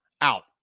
Out